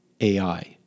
AI